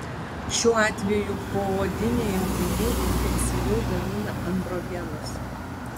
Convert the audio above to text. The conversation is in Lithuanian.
šiuo atveju poodiniai audiniai intensyviau gamina androgenus